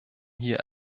hier